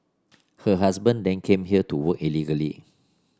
her husband then came here to work illegally